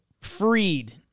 freed